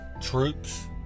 troops